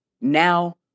Now